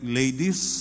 ladies